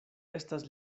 estas